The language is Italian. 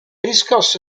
riscosse